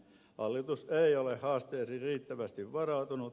hallitus ei ole haasteisiin riittävästi varautunut